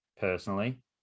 personally